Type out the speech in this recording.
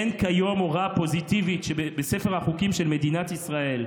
אין כיום הוראה פוזיטיבית בספר החוקים של מדינת ישראל,